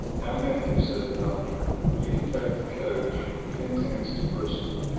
now matthew, said the doctor, you can take the coach from penzance to bristol.